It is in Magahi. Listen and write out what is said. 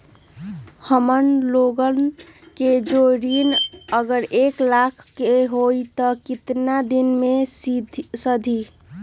हमन लोगन के जे ऋन अगर एक लाख के होई त केतना दिन मे सधी?